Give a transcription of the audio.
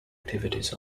activities